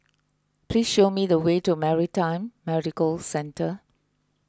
please show me the way to Maritime Medical Centre